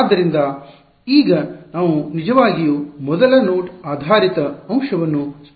ಆದ್ದರಿಂದ ಈಗ ನಾವು ನಿಜವಾಗಿಯೂ ಮೊದಲ ನೋಡ್ ಆಧಾರಿತ ಅಂಶವನ್ನು ಸ್ಪಷ್ಟವಾಗಿ ನಿರ್ಮಿಸೋಣ